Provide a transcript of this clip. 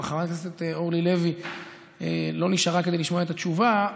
חברת הכנסת אורלי לוי לא נשארה כדי לשמוע את התשובה.